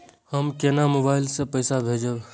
हम केना मोबाइल से पैसा भेजब?